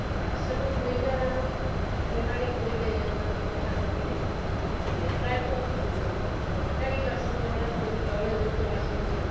ବାସନ ଧୋଇବା ପ୍ରଣାଳୀ କହିଲେ ବା କଥାକହିଲେ ଆମର ପ୍ରାୟତଃ ଉଁ ତରକାରୀ ବାସନଗୁଡ଼ା ମାନେ ତୈଳଯୁକ୍ତ ବାସନ ଯେଉଁ